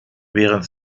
während